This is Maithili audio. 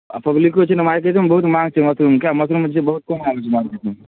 आ पब्लिको छै नहि मार्केटोमे बहुत मांग छै मशरूमके मशरूम जे छै बहुत कम आबै छै मार्केटमे